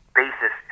basis